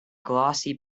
glossy